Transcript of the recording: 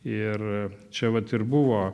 ir čia vat ir buvo